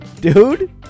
dude